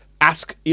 ask